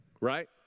Right